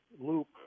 loop